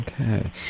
Okay